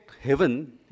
heaven